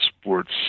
sports